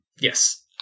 Yes